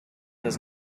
does